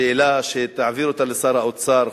שאלה שתעביר אותה לשר האוצר,